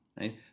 right